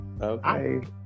Okay